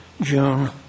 June